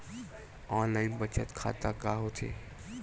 Online बचत खाता का होथे?